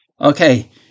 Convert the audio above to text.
Okay